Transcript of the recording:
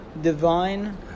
Divine